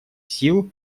сил